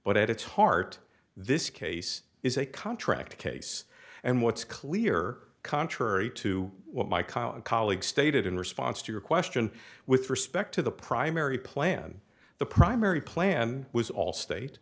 but at its heart this case is a contract case and what's clear contrary to what my colleague colleague stated in response to your question with respect to the primary plan the primary plan was all state